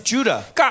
Judah